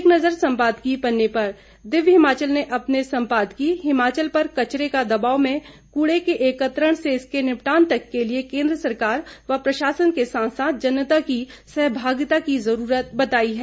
एक नज़र संपादकीय पन्ने पर दिव्य हिमाचल ने अपने संपादकीय हिमाचल पर कचरे का दबाव में कूड़े के एकत्रण से इसके निपटान तक के लिए सरकार व प्रशासन के साथ साथ जनता की सहभागिता की जरूरत बताई है